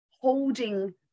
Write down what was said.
holding